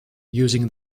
using